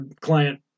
client